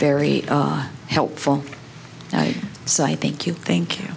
very helpful so i think you think